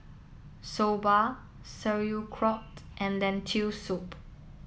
Soba Sauerkraut and Lentil soup